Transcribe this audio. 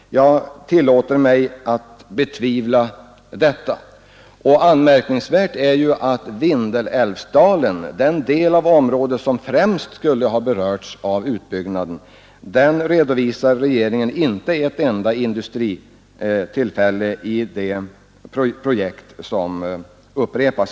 Jag tillåter mig att betvivla detta. Anmärkningsvärt är att för Vindelälvsdalen, den del av området som främst skulle ha berörts av utbyggnaden, redovisar regeringen inte ett enda arbetstillfälle i industri i de projekt som räknas upp i propositionen.